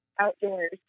outdoors